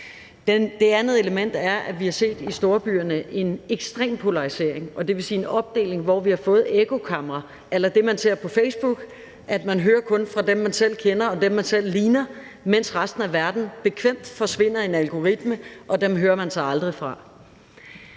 Det andet element er, at vi i storbyerne har set en ekstrem polarisering, dvs. en opdeling, hvor vi har fået ekkokamre a la det, man ser på Facebook: Man hører kun fra dem, man selv kender, og dem, man selv ligner, mens resten af verden bekvemt forsvinder i en algoritme, og den del hører man så aldrig fra.